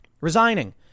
resigning